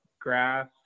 grass